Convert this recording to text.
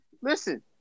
Listen